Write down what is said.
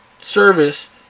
service